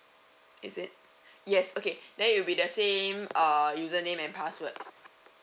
is it yes okay then it'll be the same uh username and password